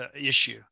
issue